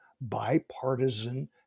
bipartisan